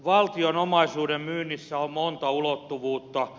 valtion omaisuuden myynnissä on monta ulottuvuutta